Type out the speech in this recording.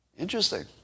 Interesting